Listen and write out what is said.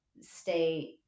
stay